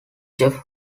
jeff